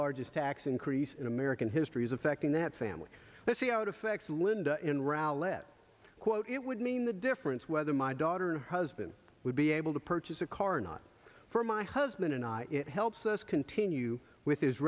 largest tax increase in american history is affecting that family let's see how it affects linda in raul it quote it would mean the difference whether my daughter and her husband would be able to purchase a car or not for my husband and i it helps us continue with his